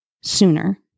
sooner